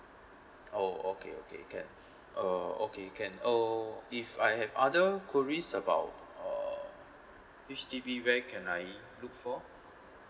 oh okay okay can uh okay can uh if I have other queries about uh H_D_B where can I look for